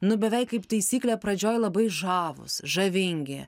nu beveik kaip taisyklė pradžioj labai žavūs žavingi